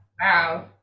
wow